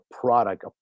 product